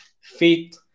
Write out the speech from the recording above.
fit